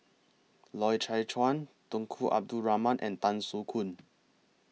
Loy Chye Chuan Tunku Abdul Rahman and Tan Soo Khoon